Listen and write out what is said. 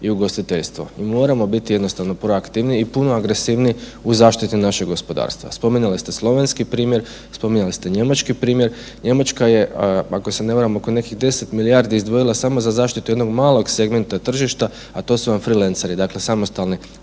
i ugostiteljstvo i moramo biti jednostavno proaktivniji i puno agresivniji u zaštiti našeg gospodarstva. Spominjali ste slovenski primjer, spominjali ste njemački primjer, Njemačka je, ako se ne varam oko nekih 10 milijardi izdvojila samo za zaštitu jednog malog segmenta tržišta, a to su vam freelanceri, dakle samostalni